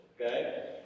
Okay